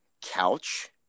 couch